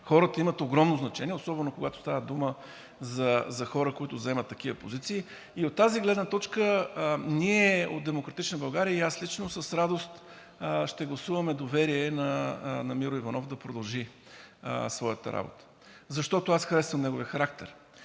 Хората имат огромно значение, особено когато става дума за хора, които заемат такива позиции. От тази гледна точка ние от „Демократична България“ и аз лично с радост ще гласуваме доверие на Миро Иванов да продължи своята работа. Защото аз харесвам неговия характер.